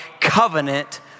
covenant